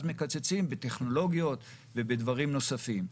מקצצים בטכנולוגיות ובדברים נוספים.